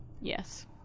Yes